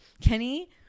Kenny